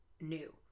new